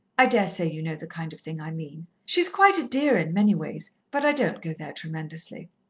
i daresay you know the kind of thing i mean. she's quite a dear, in many ways, but i don't go there tremendously.